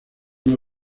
una